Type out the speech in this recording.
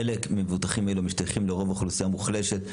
חלק ממבוטחים אלה משתייכים לרוב לאוכלוסייה מוחלשת,